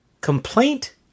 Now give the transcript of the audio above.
complaint